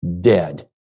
dead